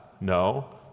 No